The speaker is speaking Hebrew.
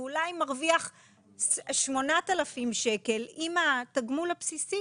ואולי מרוויח 8,000 ₪ עם התגמול הבסיסי